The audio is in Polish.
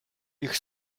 ich